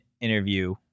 interview